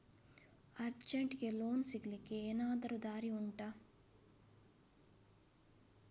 ಅರ್ಜೆಂಟ್ಗೆ ಲೋನ್ ಸಿಗ್ಲಿಕ್ಕೆ ಎನಾದರೂ ದಾರಿ ಉಂಟಾ